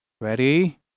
Ready